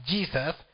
Jesus